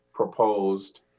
Proposed